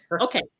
Okay